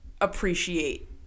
appreciate